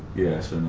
yes, and